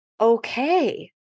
okay